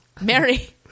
Mary